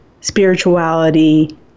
spirituality